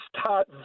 start